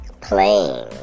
playing